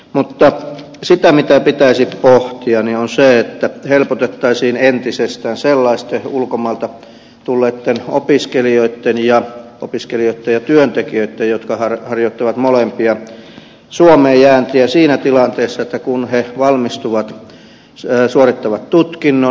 mutta se mitä pitäisi pohtia on se että helpotettaisiin entisestään sellaisten ulkomailta tulleitten opiskelijoitten ja työntekijöitten jotka harjoittavat molempia opiskelua ja työntekoa suomeen jääntiä siinä tilanteessa kun he valmistuvat suorittavat tutkinnon